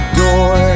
door